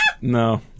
No